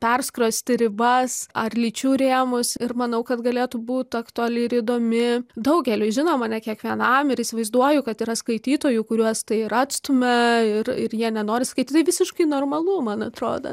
perskrosti ribas ar lyčių rėmus ir manau kad galėtų būt aktuali ir įdomi daugeliui žinoma ne kiekvienam ir įsivaizduoju kad yra skaitytojų kuriuos tai ir atstumia ir ir jie nenori skaityt tai visiškai normalu man atrodo